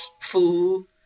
food